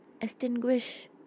extinguish